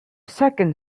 second